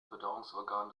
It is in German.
verdauungsorgan